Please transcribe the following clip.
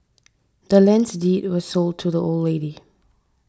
the land's deed was sold to the old lady